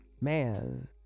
Man